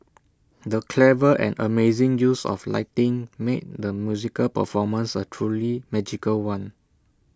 the clever and amazing use of lighting made the musical performance A truly magical one